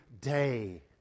day